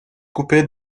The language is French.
coupée